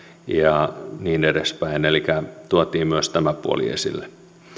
ja niin edespäin elikkä myös tämä puoli tuotiin esille